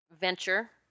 venture